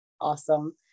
Awesome